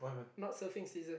not surfing season